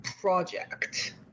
project